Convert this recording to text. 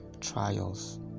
trials